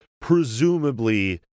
presumably